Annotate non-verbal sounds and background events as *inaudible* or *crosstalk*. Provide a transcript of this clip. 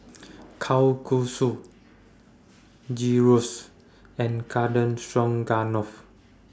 *noise* Kalguksu Gyros and Garden Stroganoff